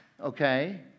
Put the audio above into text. okay